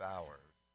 hours